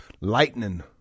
Lightning